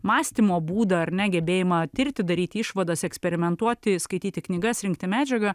mąstymo būdą ar ne gebėjimą tirti daryti išvadas eksperimentuoti skaityti knygas rinkti medžiagą